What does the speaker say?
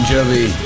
Jovi